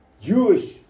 Jewish